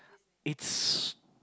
its